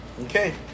Okay